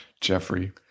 Jeffrey